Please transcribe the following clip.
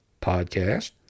podcast